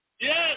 Yes